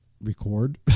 record